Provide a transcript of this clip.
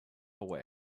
away